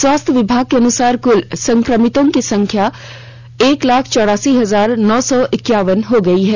स्वास्थ्य विभाग के अनुसार कुल संक्रमितों की संख्या एक लाख चौरासी हजार नौ सौ एक्यावन हो गई है